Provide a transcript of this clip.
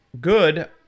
good